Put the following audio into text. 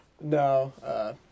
No